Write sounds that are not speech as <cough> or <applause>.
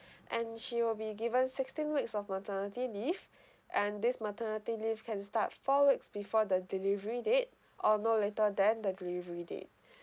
<breath> and she will be given sixteen weeks of maternity leave and this maternity leave can start four weeks before the delivery date or no later then the delivery date